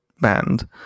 band